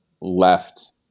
left